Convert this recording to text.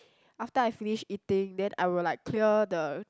after I finish eating then I will like clear the